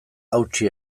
hautsi